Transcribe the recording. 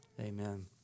Amen